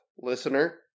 listener